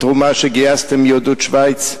בתרומה שגייסתן מיהדות שווייץ,